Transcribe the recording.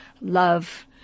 love